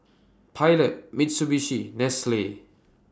Pilot Mitsubishi Nestle